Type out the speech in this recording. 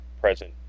present